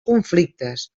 conflictes